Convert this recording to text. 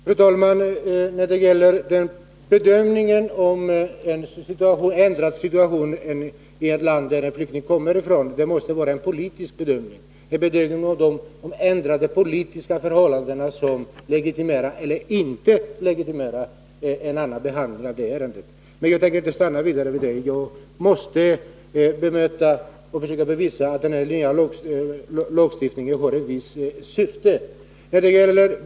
Fru talman! Bedömningen av om den politiska situationen i det land som flyktingen kommer ifrån har ändrats så att en annan behandling av ärendet är befogad måste vara politisk. Men jag tänker inte uppehålla mig vidare vid detta — jag måste försöka bevisa att den nya lagstiftningen har ett visst syfte.